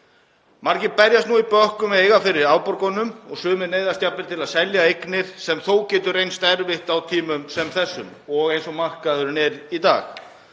Margir berjast í bökkum við að eiga fyrir afborgunum og sumir neyðast jafnvel til að selja eignir sem þó getur reynst erfitt á tímum sem þessum, eins og markaðurinn er í dag.